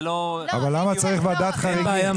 אבל למה צריך ועדת חריגים?